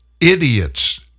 idiots